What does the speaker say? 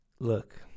Look